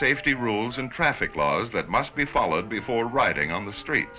safety rules and traffic laws that must be followed before riding on the street